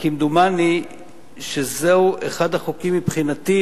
כמדומני שזהו אחד החוקים שמבחינתי,